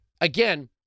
again